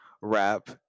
rap